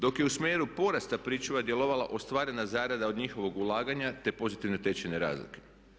Dok je u smjeru porasta pričuva djelovala ostvarena zarada od njihovog ulaganja te pozitivne tečajne razlike.